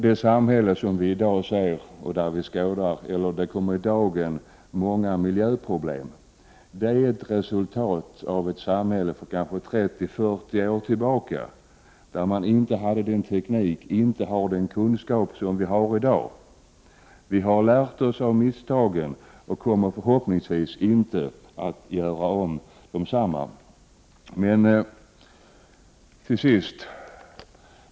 Det samhälle som vi ser i dag och där det kommer i dagern många miljöproblem är ett resultat av ett samhälle för kanske 30-40 år sedan, då man inte hade den teknik och den kunskap som vi har i dag. Vi har lärt oss av våra misstag och kommer förhoppningsvis inte att göra om dessa.